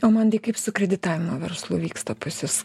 o mantai kaip su kreditavimo verslu vyksta pas jus